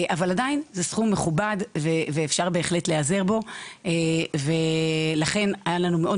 אבל עדיין זה סכום מכובד ואפשר בהחלט להיעזר בו ולכן היה לנו מאוד